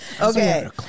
Okay